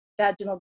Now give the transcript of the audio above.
vaginal